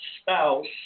spouse